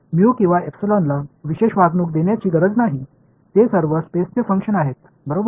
mu किंवा एप्सिलॉनला विशेष वागणूक देण्याची गरज नाही ते सर्व स्पेसचे फंक्शन आहेत बरोबर